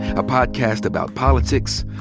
a podcast about politics,